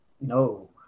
No